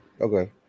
okay